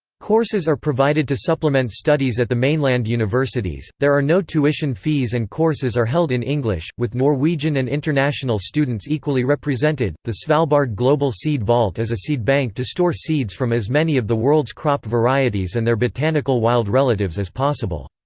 courses are provided to supplement studies at the mainland universities there are no tuition fees and courses are held in english, with norwegian and international students equally represented the svalbard global seed vault is a seedbank to store seeds from as many of the world's crop varieties and their botanical wild relatives as possible.